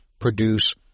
produce